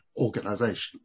organizations